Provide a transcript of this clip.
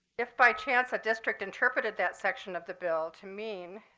if by chance, a district interpreted that section of the bill to mean